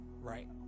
right